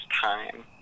time